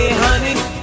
honey